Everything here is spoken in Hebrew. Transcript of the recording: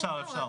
אפשר, אפשר.